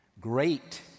great